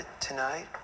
tonight